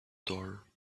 daughter